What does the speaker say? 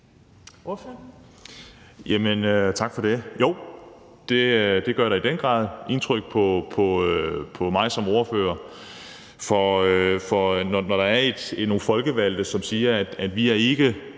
Roug (S): Jo, det gør da i den grad indtryk på mig som ordfører, når der er nogle folkevalgte, som siger, at de ikke er